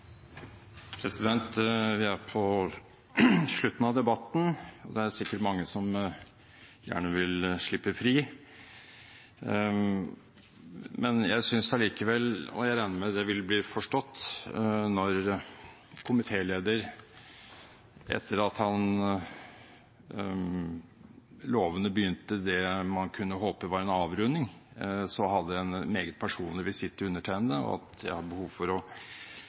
er sikkert mange som gjerne vil slippe fri. Jeg regner likevel med at det vil bli forstått – når komitélederen, etter at han lovende begynte på det man kunne håpe var en avrunding, hadde en meget personlig visitt til undertegnede – at jeg har behov for å